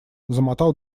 замотал